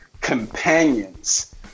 companions